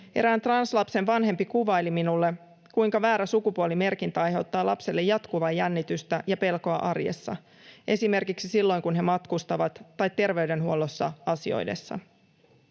Erään translapsen vanhempi kuvaili minulle, kuinka väärä sukupuolimerkintä aiheuttaa lapselle jatkuvaa jännitystä ja pelkoa arjessa, esimerkiksi tämän matkustaessa tai asioidessa